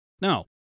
Now